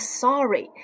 sorry